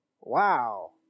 wow